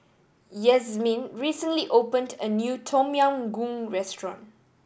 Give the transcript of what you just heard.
Yazmin recently opened a new Tom Yam Goong restaurant